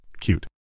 Cute